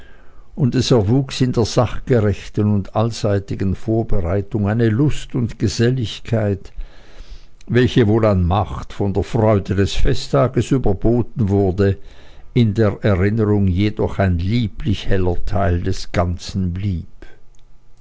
und es erwuchs in der sachgerechten und allseitigen vorbereitung eine lust und geselligkeit welche wohl an macht von der freude des festtages überboten wurde in der erinnerung jedoch ein lieblich heller teil des ganzen blieb